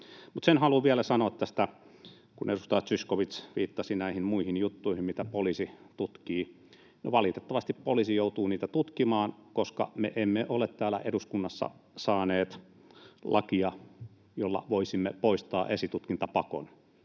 Siitä haluan vielä sanoa, kun edustaja Zyskowicz viittasi näihin muihin juttuihin, mitä poliisi tutkii. No, valitettavasti poliisi joutuu niitä tutkimaan, koska me emme ole täällä eduskunnassa saaneet lakia, jolla voisimme poistaa esitutkintapakon.